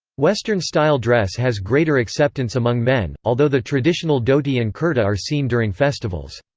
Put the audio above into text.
western-style dress has greater acceptance among men, although the traditional dhoti and kurta are seen during festivals.